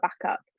backup